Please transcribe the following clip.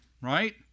right